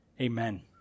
Amen